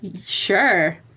Sure